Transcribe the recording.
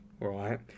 right